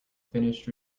finished